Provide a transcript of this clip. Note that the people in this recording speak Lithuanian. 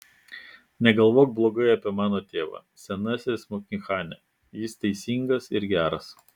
negalvok blogai apie mano tėvą senasis mohikane jis teisingas ir geras